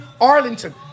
Arlington